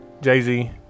Jay-Z